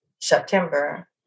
September